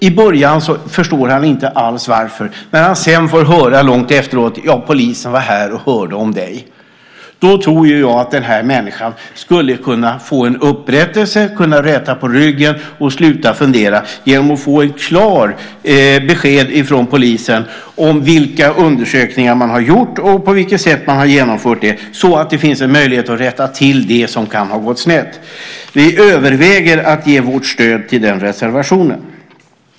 I början kanske han inte alls förstår varför, och sedan får han långt efteråt höra att polisen varit där och frågat om honom. Den människan skulle kunna få en upprättelse, kunna räta på ryggen och sluta fundera genom att få ett klart besked från polisen om vilka undersökningar man har gjort och på vilket sätt man har genomfört dem, så att det finns en möjlighet att rätta till det som kan ha gått snett. Vi överväger att ge vårt stöd till den reservationen.